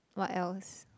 what else